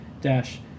dash